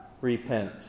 Repent